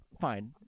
Fine